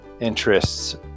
interests